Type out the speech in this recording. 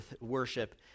worship